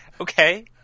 okay